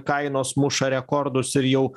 kainos muša rekordus ir jau